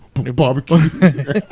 barbecue